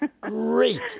Great